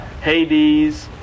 Hades